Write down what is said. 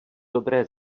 dobré